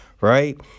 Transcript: right